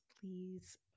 please